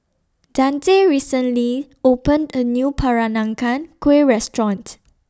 Dante recently opened A New Peranakan Kueh Restaurant